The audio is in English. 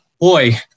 boy